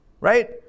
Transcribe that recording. Right